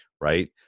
Right